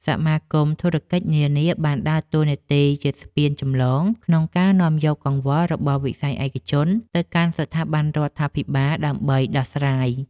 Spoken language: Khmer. សមាគមធុរកិច្ចនានាបានដើរតួនាទីជាស្ពានចម្លងក្នុងការនាំយកកង្វល់របស់វិស័យឯកជនទៅកាន់ស្ថាប័នរដ្ឋាភិបាលដើម្បីដោះស្រាយ។